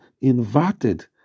inverted